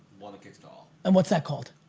one that kicks to all. and what's that called?